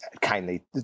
kindly